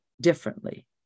differently